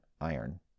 iron